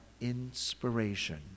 inspiration